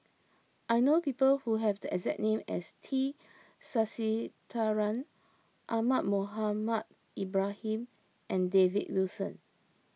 I know people who have the exact name as T Sasitharan Ahmad Mohamed Ibrahim and David Wilson